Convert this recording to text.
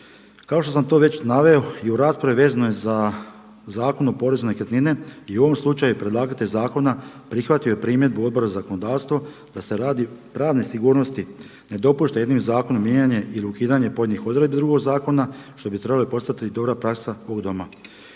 Kao što sam to već naveo i u raspravi vezanoj za Zakon o porezu na nekretnine i u ovom slučaju je predlagatelj zakona prihvatio primjedbu Odbora za zakonodavstvo da se radi pravne sigurnosti ne dopušta jednim zakonom mijenjanje ili ukidanje pojedinih odredbi drugog zakona, što bi trebalo i postati dobra praksa ovog Doma.